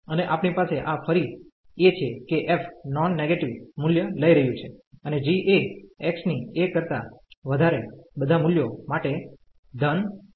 અને આપણી પાસે આ ફરી એ છે કે f નોન નેગેટીવ મુલ્ય લઈ રહ્યું છે અને g એ x ની a કરતા વધારે બધાં મૂલ્યો માટે ધન છે